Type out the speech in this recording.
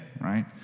right